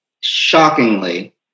shockingly